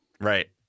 right